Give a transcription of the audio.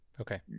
Okay